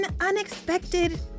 Unexpected